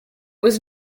was